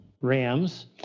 Rams